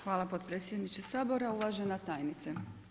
Hvala potpredsjedniče Sabora, uvažena tajnice.